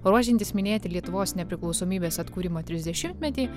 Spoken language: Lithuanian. ruošiantis minėti lietuvos nepriklausomybės atkūrimo trisdešimtmetį